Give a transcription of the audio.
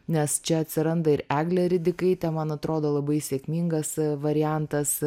nes čia atsiranda ir eglė ridikaitė man atrodo labai sėkmingas variantas